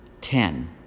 Ten